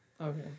Okay